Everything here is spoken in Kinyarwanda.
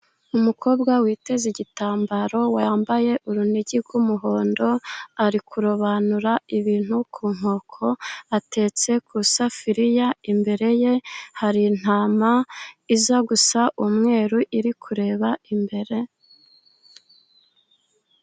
Umukobwa witeze igitambaro, wambaye urunigi rw'umuhondo, ari kurobanura ibintu ku nkoko, atetse ku isafuriya, imbere ye hari intama irya gusa n'umweru, iri kureba imbere.